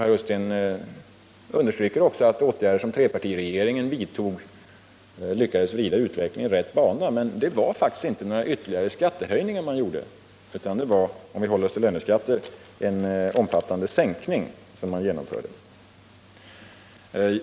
Herr Ullsten understryker också att man med de åtgärder som trepartiregeringen vidtog lyckades vrida utvecklingen i rätt riktning. Men det åstadkom man faktiskt inte genom några ytterligare skattehöjningar, utan det var då — om vi nu håller oss till löneskatter — fråga om en omfattande sänkning.